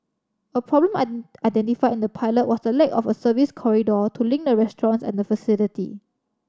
a problem identified in the pilot was the lack of a service corridor to link the restaurants and the facility